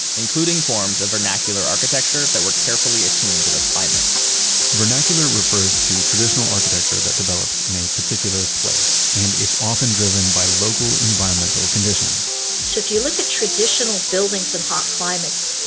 including forms of vernacular architecture that were carefully attuned to the climate vernacular refers to traditional architecture that develops in a particular place, and it's often driven by local environmental environmental conditions so if you look at traditional buildings of hot climates,